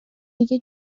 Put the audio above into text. دیگه